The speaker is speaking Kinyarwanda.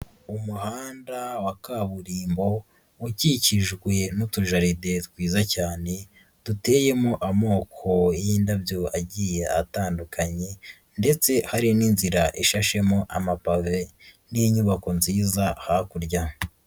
Umuhanda wa kaburimbo ukikijwe n'utujaride twiza cyane duteyemo amoko y'indabyo agiye atandukanye ndetse hari n'inzira ishashemo amapave n'inyubako nziza hakurya.